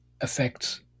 affects